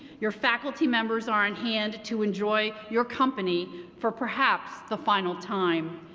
your faculty members are in hand to enjoy your company for perhaps the final time.